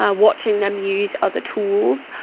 ah watching them use other tools,